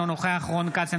אינו נוכח רון כץ,